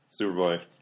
Superboy